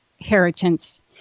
inheritance